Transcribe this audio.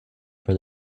for